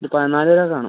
ഒര് പതിനാല് പേര് കാണും